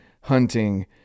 hunting